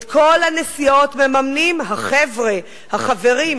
את כל הנסיעות מממנים החבר'ה, החברים.